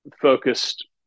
focused